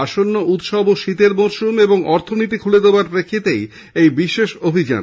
আসন্ন উৎসব ও শীতের মরসুম এবং অর্থনীতি খুলে দেওয়ার প্রেক্ষিতে এই বিশেষ অভিযান